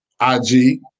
ig